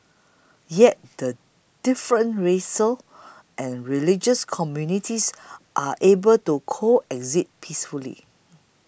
yet the different racial and religious communities are able to coexist peacefully